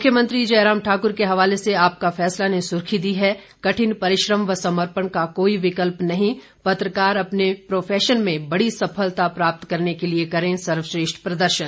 मुख्यमंत्री जयराम ठाकुर के हवाले से आपका फैसला ने सुर्खी दी है कठिन परिश्रम व समर्पण का कोई विकल्प नहीं पत्रकार अपने प्रोफेशन में बड़ी सफलता प्राप्त करने के लिये करें सर्वश्रेष्ठ प्रदर्शन